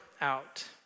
out